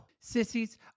Sissies